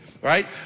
Right